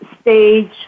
stage